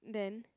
then